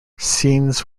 scenes